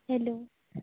hello